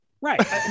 right